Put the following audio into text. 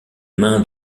mains